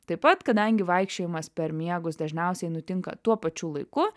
taip pat kadangi vaikščiojimas per miegus dažniausiai nutinka tuo pačiu laiku